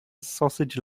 sausage